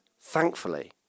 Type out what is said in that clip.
thankfully